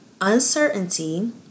uncertainty